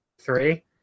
three